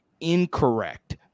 incorrect